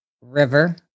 river